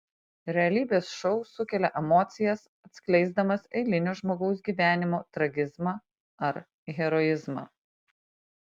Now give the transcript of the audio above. realybės šou sukelia emocijas atskleisdamas eilinio žmogaus gyvenimo tragizmą ar heroizmą